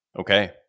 Okay